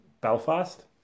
Belfast